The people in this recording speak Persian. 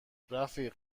رفیق